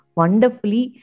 wonderfully